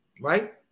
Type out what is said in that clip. right